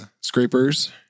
scrapers